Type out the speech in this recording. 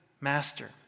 master